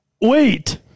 Wait